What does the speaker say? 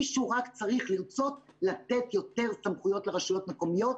מישהו רק צריך לרצות לתת יותר סמכויות לרשויות מקומיות.